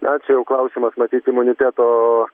na čia jau klausimas matyt imuniteto